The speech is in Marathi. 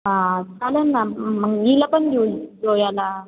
हां चालेल ना मग नीला पण घेऊन जाऊ याला